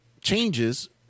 changes